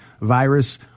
virus